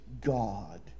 God